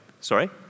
sorry